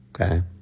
Okay